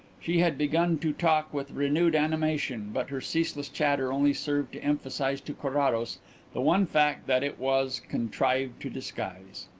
she had begun to talk with renewed animation, but her ceaseless chatter only served to emphasize to carrados the one fact that it was contrived to disguise.